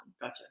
Gotcha